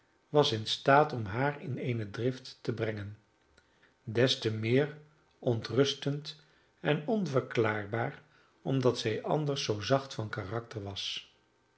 was in staat om haar in eene drift te brengen des te meer ontrustend en onverklaarbaar omdat zij anders zoo zacht van karakter was